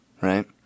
Right